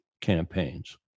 campaigns